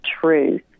truth